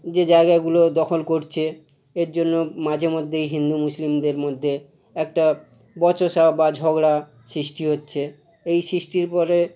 যে জায়গাগুলো দখল করচে এর জন্য মাঝে মদ্যেই হিন্দু মুসলিমদের মদ্যে একটা বচসা বা ঝগড়া সৃষ্টি হচ্ছে এই সৃষ্টির পরে